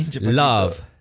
love